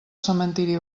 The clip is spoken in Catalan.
cementeri